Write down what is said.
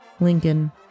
Lincoln